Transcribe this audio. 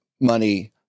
money